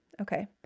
Okay